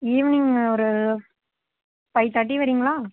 evening ஒரு five thirty வரிங்களா